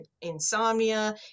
insomnia